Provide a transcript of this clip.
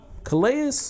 Calais